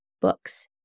books